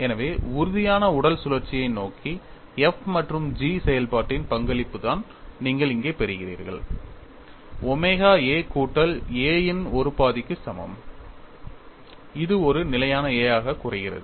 எனவே உறுதியான உடல் சுழற்சியை நோக்கி f மற்றும் g செயல்பாட்டின் பங்களிப்புதான் நீங்கள் இங்கே பெறுகிறீர்கள் ஒமேகா A கூட்டல் A இன் ஒரு பாதிக்கு சமம் இது ஒரு நிலையான A ஆக குறைகிறது